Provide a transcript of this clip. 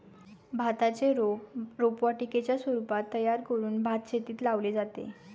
भाताचे रोप रोपवाटिकेच्या स्वरूपात तयार करून भातशेतीत लावले जाते